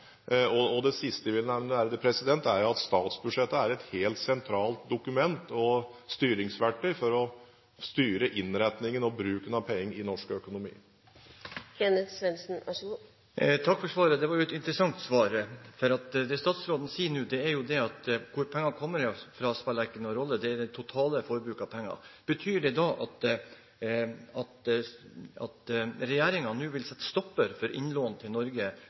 Det siste jeg vil nevne, er at statsbudsjettet er et helt sentralt dokument og styringsverktøy for å styre innretningen og bruken av penger i norsk økonomi. Takk for svaret. Det var et interessant svar, for det statsråden nå sier, er at hvor pengene kommer fra, spiller ikke noen rolle, men det totale forbruket av penger. Betyr det da at regjeringen nå vil sette en stopper for innlån til Norge